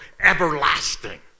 everlasting